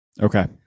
Okay